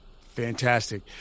Fantastic